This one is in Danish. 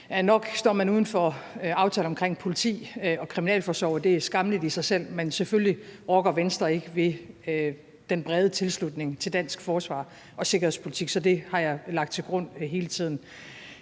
Nok står man uden for aftalen om politiet og kriminalforsorgen, og det er skammeligt i sig selv, men selvfølgelig rokker Venstre ikke ved den brede tilslutning til dansk forsvar og sikkerhedspolitik, så det har jeg lagt til grund hele tiden.